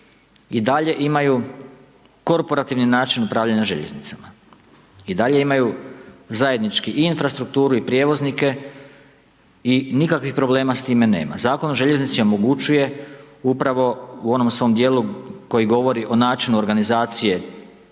i dalje imaju korporativni način upravljanja željeznicama. I dalje imaju zajednički infrastrukturu i prijevoznike i nikakvih problema s time nema. Zakon o željeznici omogućuje upravo u onom svom dijelu koji govori o načinu organizacije